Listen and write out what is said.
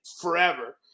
forever